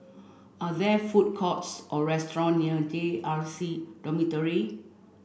are there food courts or restaurant near J R C Dormitory